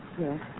Yes